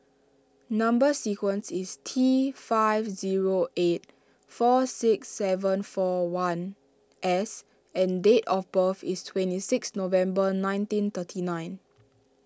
Number Sequence is T five zero eight four six seven four one S and date of birth is twenty six November nineteen thirty nine